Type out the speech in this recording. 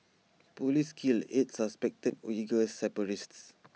Police kill eight suspected Uighur separatists